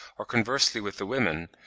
or conversely with the women,